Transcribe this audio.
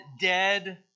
dead